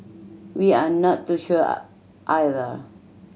we are not too sure either